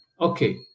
okay